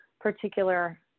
particular